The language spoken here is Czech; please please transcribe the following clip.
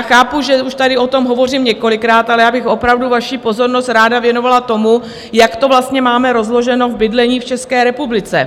Chápu, že už tady o tom hovořím několikrát, ale já bych opravdu vaši pozornost ráda věnovala tomu, jak to vlastně máme rozloženo v bydlení v České republice.